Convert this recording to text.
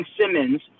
Simmons